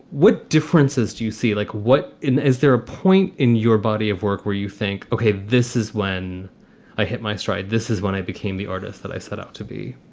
what differences do you see? like what? is there a point in your body of work where you think, ok, this is when i hit my stride. this is when i became the artist that i set out to be?